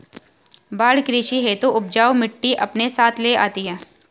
बाढ़ कृषि हेतु उपजाऊ मिटटी अपने साथ ले आती है